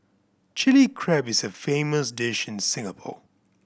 Chilli Crab is a famous dish in Singapore